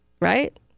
right